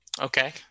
okay